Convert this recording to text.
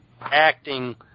acting